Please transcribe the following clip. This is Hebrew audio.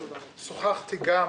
שוחחתי גם